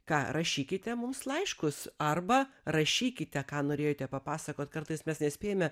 ką rašykite mums laiškus arba rašykite ką norėjote papasakot kartais mes nespėjame